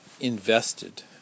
invested